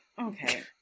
Okay